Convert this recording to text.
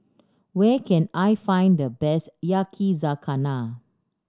where can I find the best Yakizakana